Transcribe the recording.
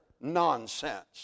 nonsense